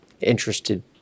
interested